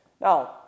Now